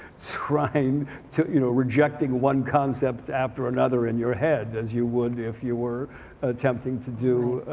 trying to you know rejecting one concept after another in your head as you would if you were attempting to do